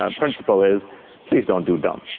ah principle is please don't do dumb.